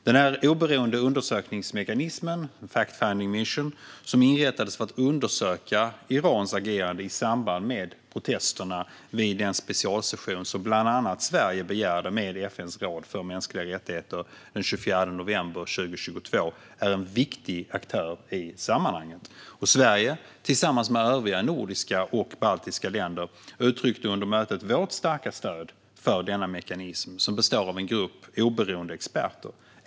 Den oberoende undersökningsmekanism, fact-finding mission, som inrättades för att undersöka Irans agerande i samband med protesterna vid den specialsession med FN:s råd för mänskliga rättigheter den 24 november 2022 som bland andra Sverige begärde är en viktig aktör i sammanhanget. Sverige uttryckte tillsammans med de övriga nordiska och de baltiska länderna under mötet vårt starka stöd för denna mekanism, som består av en grupp oberoende experter.